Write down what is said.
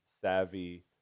savvy